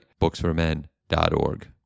booksformen.org